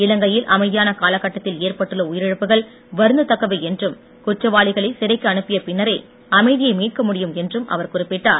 இலங்கையில் அமைதியான காலகட்டத்தில் ஏற்பட்டுள்ள உயிரிழப்புகள் வருந்த தக்கவை என்றும் குற்றவாளிகளை சிறைக்கு அனுப்பிய பின்னரே அமைதியை மீட்க முடியும் என்றும் அவர் குறிப்பிட்டார்